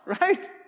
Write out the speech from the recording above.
right